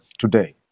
today